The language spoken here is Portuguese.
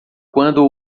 quando